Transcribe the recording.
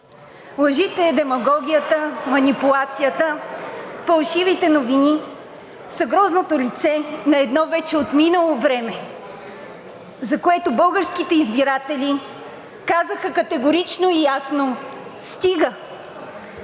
Лъжите, демагогията, манипулацията, фалшивите новини са грозното лице на едно вече отминало време, за което българските избиратели казаха категорично и ясно: „Стига!“